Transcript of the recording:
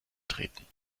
treten